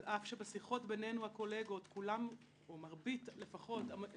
על אף שבשיחות בינינו הקולגות מרבית המנהלים